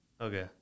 Okay